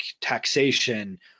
taxation